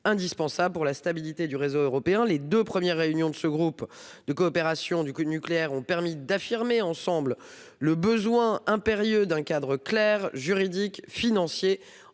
indispensable pour la stabilité du réseau européen. Les deux premières réunions de ce groupe de coopération du nucléaire ont permis d'affirmer conjointement le besoin d'un cadre juridique et financier